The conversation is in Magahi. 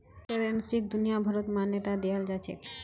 करेंसीक दुनियाभरत मान्यता दियाल जाछेक